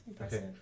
okay